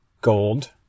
gold